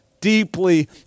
deeply